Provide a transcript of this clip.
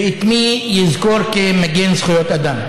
ואת מי יזכור כמגן זכויות אדם?